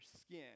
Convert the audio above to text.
skin